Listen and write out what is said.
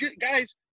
guys